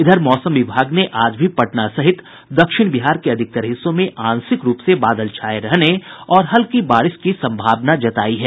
इधर मौसम विभाग ने आज भी पटना सहित दक्षिण बिहार के अधिकतर हिस्सों में आंशिक रूप बादल छाये रहने और हल्की बारिश की संभावना जतायी है